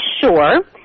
sure